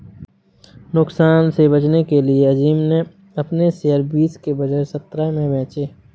नुकसान से बचने के लिए अज़ीम ने अपने शेयर बीस के बजाए सत्रह में बेचे